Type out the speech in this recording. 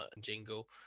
jingle